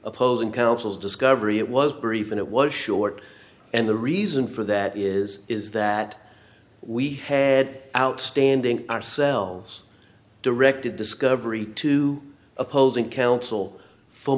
opposing counsel discovery it was brief and it was short and the reason for that is is that we had outstanding ourselves directed discovery to opposing counsel for